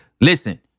Listen